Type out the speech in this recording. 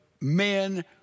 men